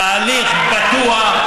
תהליך בטוח,